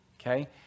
okay